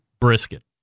brisket